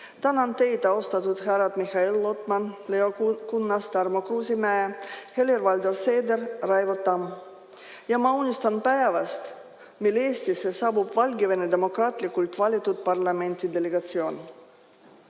Tänan teid, austatud härrad Mihhail Lotman, Leo Kunnas, Tarmo Kruusimäe, Helir-Valdor Seeder ja Raivo Tamm. Ma unistan päevast, mil Eestisse saabub Valgevene demokraatlikult valitud parlamendi delegatsioon.